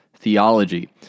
theology